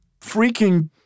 freaking